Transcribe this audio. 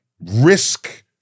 risk